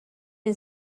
این